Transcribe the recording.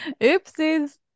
Oopsies